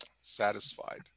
satisfied